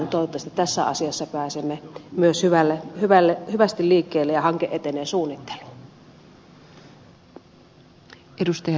toivottavasti myös tässä asiassa pääsemme hyvin liikkeelle ja hanke etenee suunnitteluun